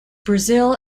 brazil